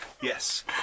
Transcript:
yes